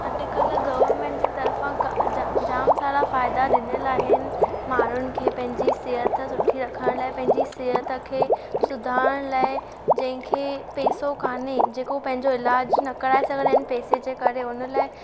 अॼुकल्ह गवर्नमेंट जे तरिफ़ा जाम सॼा फ़ाइदा ॾीनल आहिनि माण्हुनि खे पंहिंजी सिहत सुठी रखण लाइ पंहिंजी सिहत खे सुधारण लाइ जंहिं खे पैसो कान्हे जेको पंहिंजो इलाजु न कराइ सघंदा आहिनि पैसे जे करे हुन लाइ